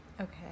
Okay